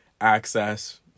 access